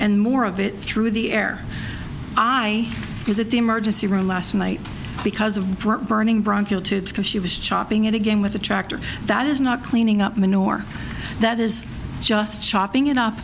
and more of it through the air i visit the emergency room last night because of burnt burning bronchial tubes because she was chopping it again with a tractor that is not cleaning up nor that is just chopping it up